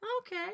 Okay